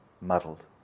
muddled